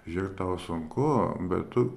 žiūrėk tau sunku bet tu